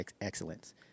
excellence